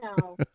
No